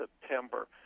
september